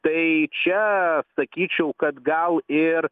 tai čia sakyčiau kad gal ir